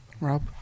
Rob